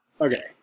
okay